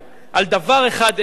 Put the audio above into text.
על דבר אחד אין מחלוקת,